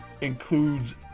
includes